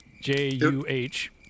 J-U-H